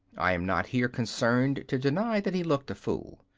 i am not here concerned to deny that he looked a fool.